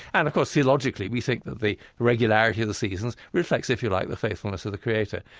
and of course, theologically, we think that the regularity of the seasons reflects, if you like, the faithfulness of the creator.